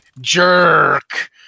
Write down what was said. Jerk